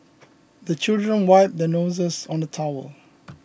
the children wipe their noses on the towel